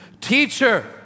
Teacher